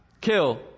kill